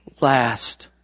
last